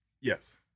yes